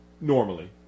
normally